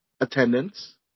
attendance